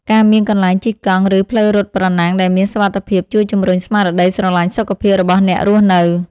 ការមានកន្លែងជិះកង់ឬផ្លូវរត់ប្រណាំងដែលមានសុវត្ថិភាពជួយជម្រុញស្មារតីស្រឡាញ់សុខភាពរបស់អ្នករស់នៅ។